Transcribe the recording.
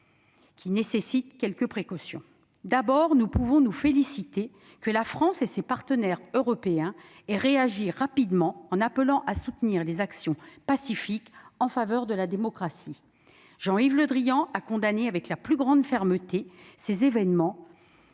de prendre quelques précautions. D'abord, nous pouvons nous féliciter que la France et ses partenaires européens aient réagi rapidement en appelant à soutenir les actions pacifiques en faveur de la démocratie. Jean-Yves Le Drian a condamné avec la plus grande fermeté ces événements,